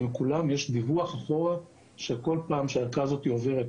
עם כולם יש דיווח אחורה בכל פעם שהערכה הזאת עוברת יד.